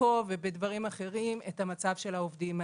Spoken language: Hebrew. פה ובדברים אחרים את המצב של העובדים האלה.